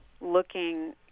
looking